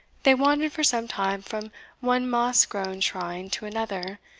they wandered for some time from one moss-grown shrine to another,